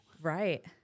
Right